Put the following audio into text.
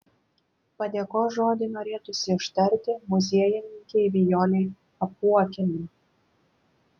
padėkos žodį norėtųsi ištarti muziejininkei vijolei apuokienei